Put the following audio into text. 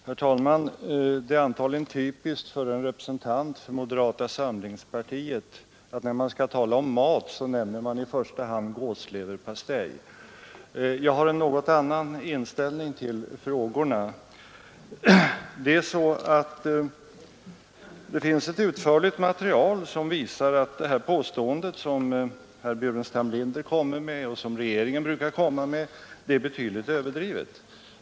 Herr talman! Det är antagligen typiskt för en representant för moderata samlingspartiet att han, när han skall tala om mat, i första hand nämner gåslever. Jag har en något annan inställning till frågorna. Det finns ett utförligt material som visar att det påstående som herr Burenstam Linder gör och som regeringen brukar göra är betydligt överdrivet.